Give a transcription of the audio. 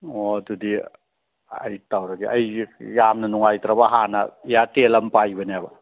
ꯑꯣ ꯑꯗꯨꯗꯤ ꯑꯩ ꯇꯧꯔꯒꯦ ꯑꯩꯁꯨ ꯌꯥꯝꯅ ꯅꯨꯡꯉꯥꯏꯇ꯭ꯔꯕ ꯍꯥꯟꯅ ꯏꯌꯥꯔꯇꯦꯜ ꯑꯃ ꯄꯥꯏꯕꯅꯦꯕ